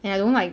and I don't like